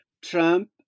Trump